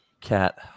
cat